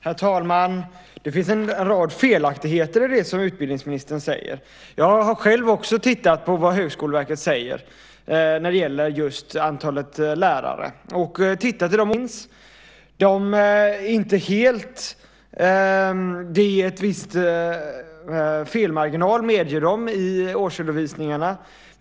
Herr talman! Det finns en rad felaktigheter i det som utbildningsministern säger. Jag har också tittat på vad Högskoleverket säger när det gäller antalet lärare. Jag har tittat i de årsredovisningar som finns. Man medger att det är en viss felmarginal i årsredovisningarna.